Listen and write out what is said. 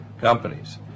companies